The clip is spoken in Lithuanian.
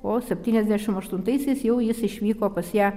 o septyniasdešim aštuntaisiais jau jis išvyko pas ją